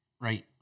Right